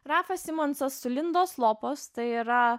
rafas aimonsas su lindos lopos tai yra